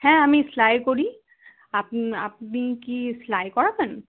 হ্যাঁ আমি সেলাই করি আপনি কি সেলাই করাবেন